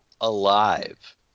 Alive